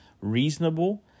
reasonable